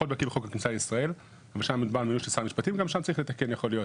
יכול להיות שגם שם צריך לתקן.